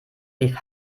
rief